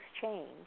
change